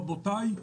רבותיי,